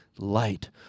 Light